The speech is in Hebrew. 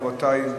רבותי,